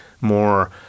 more